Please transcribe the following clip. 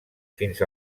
fins